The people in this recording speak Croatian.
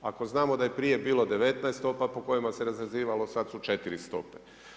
Ako znamo da je prije bilo 19 stopa po kojima se razrezivalo, sada su 4 stope.